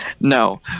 no